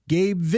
Gabe